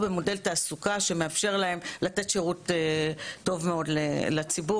במודל תעסוקה שמאפשר להם לתת שירות טוב מאוד לציבור.